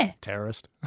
Terrorist